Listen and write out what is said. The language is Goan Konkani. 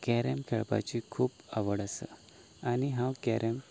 कॅरेम खेळपाची खूब आवड आसा आनी हांव कॅरेम